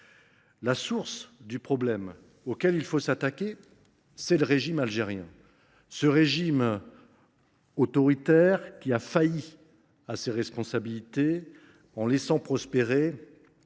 La source du problème, à laquelle il faut s’attaquer, est le régime algérien, régime autoritaire qui a failli à ses responsabilités en laissant prospérer